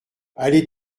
allées